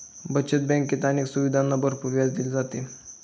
बचत बँकेत अनेक सुविधांना भरपूर व्याज दिले जाते